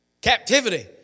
Captivity